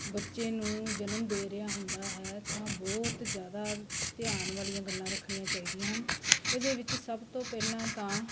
ਬੱਚੇ ਨੂੰ ਜਨਮ ਦੇ ਰਿਹਾ ਹੁੰਦਾ ਹੈ ਤਾਂ ਬਹੁਤ ਜ਼ਿਆਦਾ ਧਿਆਨ ਵਾਲੀਆਂ ਗੱਲਾਂ ਰੱਖਣੀਆਂ ਚਾਹੀਦੀਆਂ ਹਨ ਇਹਦੇ ਵਿੱਚ ਸਭ ਤੋਂ ਪਹਿਲਾਂ ਤਾਂ